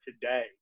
today